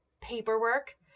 paperwork